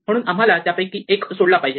म्हणून आम्हाला त्यापैकी एक सोडला पाहिजे